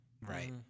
Right